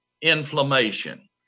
inflammation